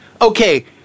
okay